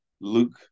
Luke